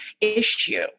issue